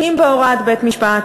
אם בהוראת בית-משפט,